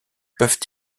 peuvent